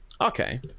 okay